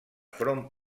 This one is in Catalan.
front